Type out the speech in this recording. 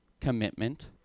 commitment